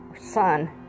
son